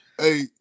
Hey